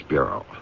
Bureau